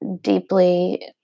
deeply